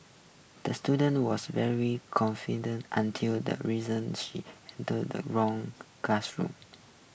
the student was very confused until the reason she entered the wrong classroom